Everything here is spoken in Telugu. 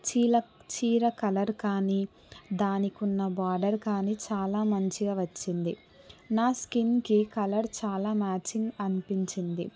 చీల చీర కలర్ కానీ దానికి ఉన్న బోర్డర్ కానీ చాలా మంచిగా వచ్చింది నా స్కిన్కి కలర్ మ్యాచింగ్ అనిపించింది